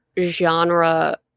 genre